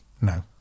No